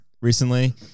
recently